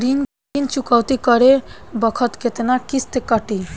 ऋण चुकौती करे बखत केतना किस्त कटी?